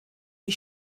die